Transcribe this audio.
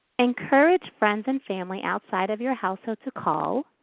encourage friends and family outside of your household to call,